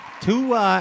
Two